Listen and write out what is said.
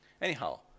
Anyhow